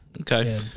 okay